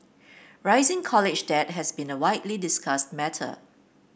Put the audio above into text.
rising college debt has been a widely discussed matter